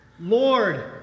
Lord